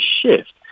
shift